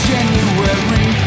January